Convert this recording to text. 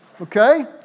okay